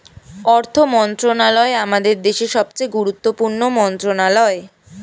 অর্থ মন্ত্রণালয় আমাদের দেশের সবচেয়ে গুরুত্বপূর্ণ মন্ত্রণালয়